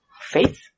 faith